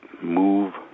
move